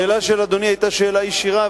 השאלה של אדוני היתה שאלה ישירה,